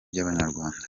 by’abanyarwanda